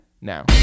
Now